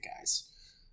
guys